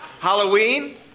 Halloween